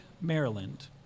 Maryland